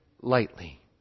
lightly